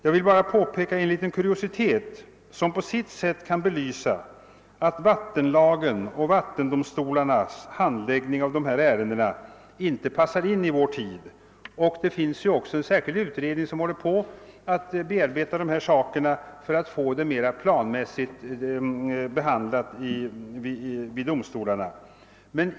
Jag vill bara påpeka en liten kuriositet, som på sitt sätt kan belysa att vattenlagen och vattendomstolarnas handläggning av ifrågavarande ärenden inte följt med vår tid. Det pågår en särskild utredning som arbetar med dessa frågor för att få till stånd en mera planmässig behandling härav vid domstolarna.